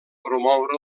promoure